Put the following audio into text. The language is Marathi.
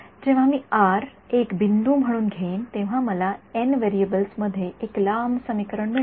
जेव्हा मी आर एक बिंदू म्हणून घेईन तेव्हा मला एन व्हेरिएबल्स मध्ये एक लांब समीकरण मिळेल